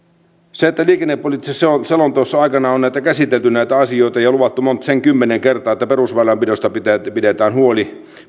liikennepoliittisessa selonteossa aikanaan on käsitelty näitä asioita ja luvattu sen kymmenen kertaa että perusväylänpidosta pidetään huoli